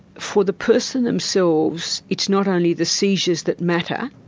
for the person themselves it's not only the seizures that matter.